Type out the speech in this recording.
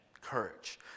courage